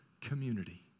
community